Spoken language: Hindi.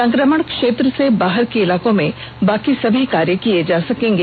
संक्रमण क्षेत्र से बाहर के इलाकों में बाकी सभी कार्य किए जा सकेंगे